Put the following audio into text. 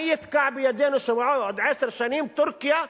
מי יתקע לידנו שבעוד עשר שנים טורקיה,